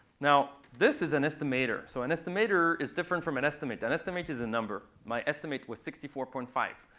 now this is an estimator. so an and estimator is different from an estimate. an estimate is a number. my estimate was sixty four point five.